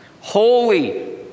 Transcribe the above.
Holy